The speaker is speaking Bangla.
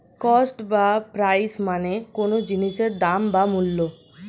কস্ট বা প্রাইস মানে কোনো জিনিসের দাম বা মূল্য